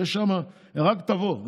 רק תבואו.